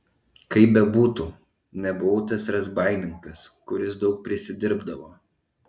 kaip bebūtų nebuvau tas razbaininkas kuris daug prisidirbdavo